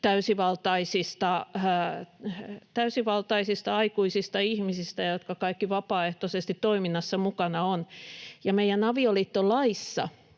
täysivaltaisista aikuisista ihmisistä, jotka kaikki vapaaehtoisesti toiminnassa mukana ovat. Ja meidän avioliittolaissamme